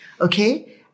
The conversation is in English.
Okay